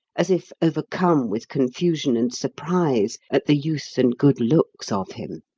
as if overcome with confusion and surprise at the youth and good looks of him.